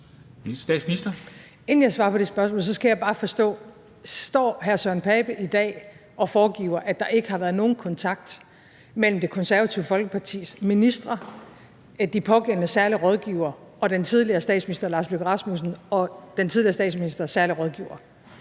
Inden jeg svarer på det spørgsmål, skal jeg bare forstå, om hr. Søren Pape Poulsen i dag står og foregiver, at der ikke har været nogen kontakt mellem Det Konservative Folkepartis ministre, de pågældende særlige rådgivere og den tidligere statsminister Lars Løkke Rasmussen og den tidligere statsministers særlige rådgivere?